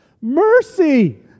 mercy